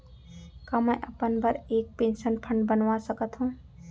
का मैं अपन बर एक पेंशन फण्ड बनवा सकत हो?